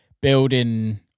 building